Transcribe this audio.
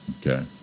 okay